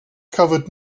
covered